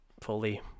fully